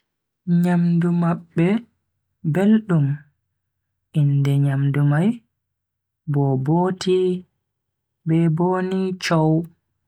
Nyamdu mabbe beldum, inde nyamdu mai bobotie be bunny chow.